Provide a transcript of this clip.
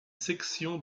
section